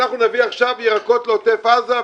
שאנחנו נביא עכשיו ירקות לעוטף עזה,